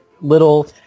little